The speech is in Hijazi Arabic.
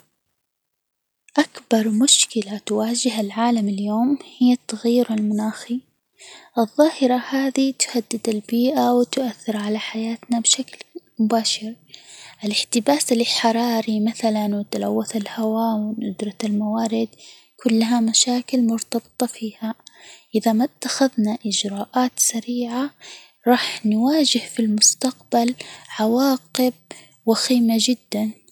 أكبر مشكلة تواجه العالم اليوم هي التغيير المناخي، فالظاهرة هذه تهدد البيئة، وتؤثر على حياتنا بشكل مباشر، الإحتباس الحراري مثلاً، وتلوث الهواء، وندرة الموارد، كلها مشاكل مرتبطة فيها، إذا ما اتخذنا إجراءات سريعة، راح نواجه في المستقبل عواقب وخيمة جدًا.